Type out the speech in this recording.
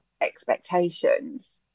expectations